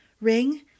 Ring